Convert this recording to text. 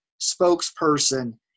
spokesperson